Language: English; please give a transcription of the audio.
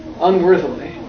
unworthily